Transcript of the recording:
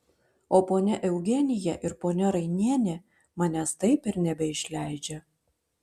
o ponia eugenija ir ponia rainienė manęs taip ir nebeišleidžia